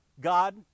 God